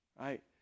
right